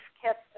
kept